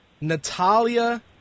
Natalia